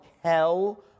hell